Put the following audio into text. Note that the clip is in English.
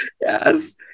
Yes